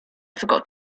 forgot